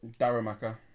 Darumaka